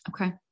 Okay